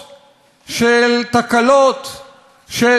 של תקלות, של תאונות,